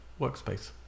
workspace